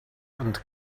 and